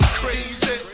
crazy